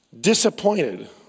disappointed